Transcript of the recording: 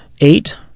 Eight